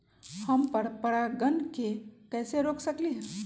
हम पर परागण के कैसे रोक सकली ह?